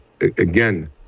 again